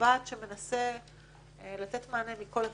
במבט שמנסה לתת מענה מכל הכיוונים.